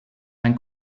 ein